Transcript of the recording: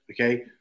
Okay